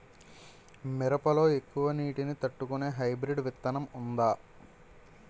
మిరప లో ఎక్కువ నీటి ని తట్టుకునే హైబ్రిడ్ విత్తనం వుందా?